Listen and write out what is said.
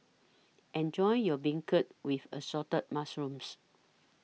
Enjoy your Beancurd with Assorted Mushrooms